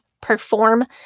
perform